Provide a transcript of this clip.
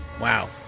wow